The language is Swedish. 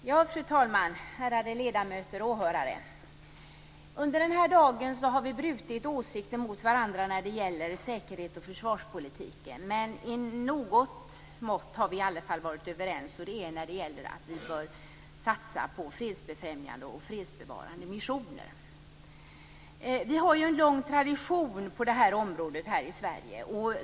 Fru talman! Ärade ledamöter och åhörare! Under denna dag har vi brutit åsikter mot varandra när det gäller säkerhets och försvarspolitiken, men vi har varit överens i någon mening. Det gäller åsikten att vi bör satsa på fredsbefrämjande och fredsbevarande missioner. Vi har en lång tradition på detta område här i Sverige.